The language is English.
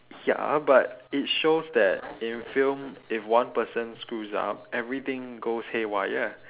ya but it shows that in film if one person screws up everything goes haywire